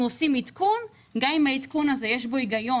אנחנו עושים עדכון גם אם בעדכון יש היגיון,